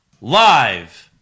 Live